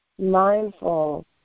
mindful